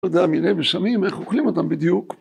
‫תודה מני בשמים, ‫איך אוכלים אותם בדיוק?